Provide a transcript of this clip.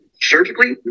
surgically